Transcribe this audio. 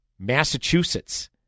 Massachusetts